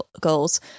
goals